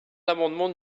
l’amendement